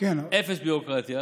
אפס ביורוקרטיה,